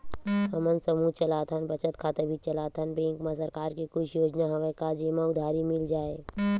हमन समूह चलाथन बचत खाता भी चलाथन बैंक मा सरकार के कुछ योजना हवय का जेमा उधारी मिल जाय?